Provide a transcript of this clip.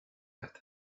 agat